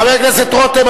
חבר הכנסת רותם,